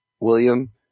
William